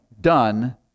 done